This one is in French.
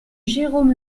jérome